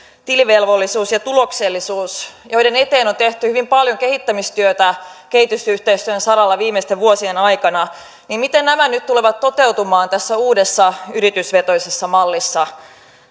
tilivelvollisuus ja tuloksellisuus joiden eteen on tehty hyvin paljon kehittämistyötä kehitysyhteistyön saralla viimeisten vuosien aikana nyt tulevat toteutumaan tässä uudessa yritysvetoisessa mallissa